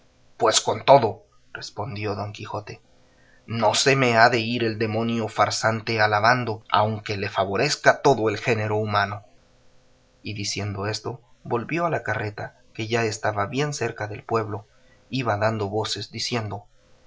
pues con todo respondió don quijote no se me ha de ir el demonio farsante alabando aunque le favorezca todo el género humano y diciendo esto volvió a la carreta que ya estaba bien cerca del pueblo iba dando voces diciendo